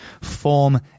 form